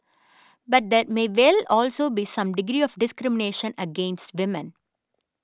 but there may well also be some degree of discrimination against women